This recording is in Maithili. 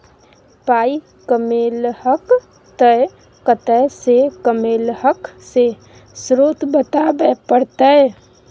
पाइ कमेलहक तए कतय सँ कमेलहक से स्रोत बताबै परतह